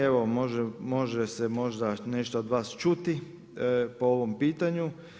Evo može se možda nešto od vas čuti po ovom pitanju.